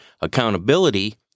Accountability